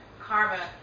karma